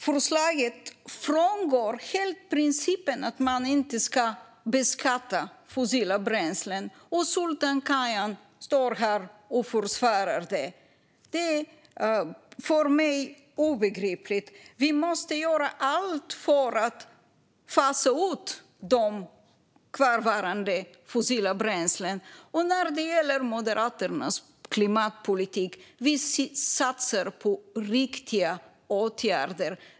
Förslaget frångår helt principen att man inte ska beskatta fossila bränslen, och Sultan Kayhan står här och försvarar det. Det är för mig obegripligt. Vi måste göra allt för att fasa ut kvarvarande fossila bränslen. När det gäller Moderaternas klimatpolitik satsar vi på riktiga åtgärder.